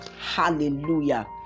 Hallelujah